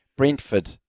Brentford